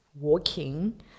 walking